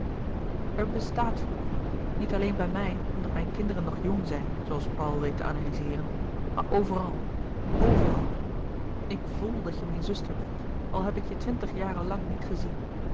er bestaat familie niet alleen bij mij louis couperus de boeken der kleine zielen omdat mijn kinderen nog jong zijn zooals paul weet te analyzeeren maar overal overal ik voèl dat je mijn zuster bent al heb ik je twintig jaren lang niet gezien